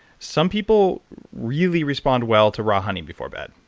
some people really respond well to raw honey before bed.